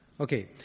Okay